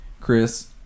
Chris